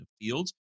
fields